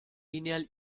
lineal